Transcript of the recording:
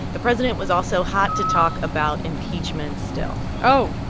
the president was also hot to talk about impeachment still oh.